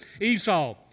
Esau